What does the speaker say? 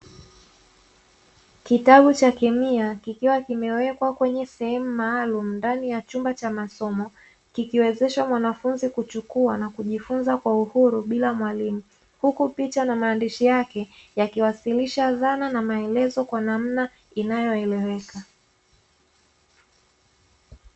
Kitabu cha kemia kikiwa kimewekwa kwenye sehemu maalumu ndani ya chumba cha masomo ,kikiwezeshwa mwanafunzi kuchukua na kujifunza kwa uhuru bila mwalimu huku picha na maandishi yake yakiwasilisha dhana na maelezo kwa namna inayoeleweka.